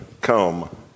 come